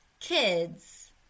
kids